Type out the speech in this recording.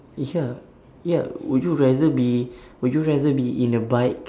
ya ya would you rather be would you rather be in a bike